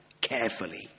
carefully